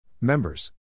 Members